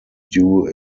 due